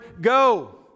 go